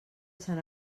sant